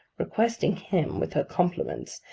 requesting him, with her compliments,